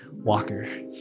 Walker